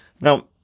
Now